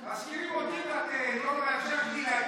מאשימים אותי ואת לא מאפשרת לי להגיב.